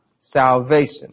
salvation